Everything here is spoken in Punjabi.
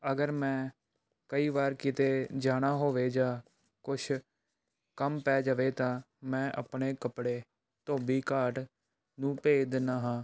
ਅਗਰ ਮੈਂ ਕਈ ਵਾਰ ਕਿਤੇ ਜਾਣਾ ਹੋਵੇ ਜਾਂ ਕੁਛ ਕੰਮ ਪੈ ਜਾਵੇ ਤਾਂ ਮੈਂ ਆਪਣੇ ਕੱਪੜੇ ਧੋਬੀ ਘਾਟ ਨੂੰ ਭੇਜ ਦਿੰਦਾ ਹਾਂ